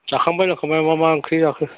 जाखांबाय मा मा ओंख्रि जाखो